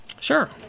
Sure